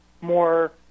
more